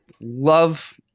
love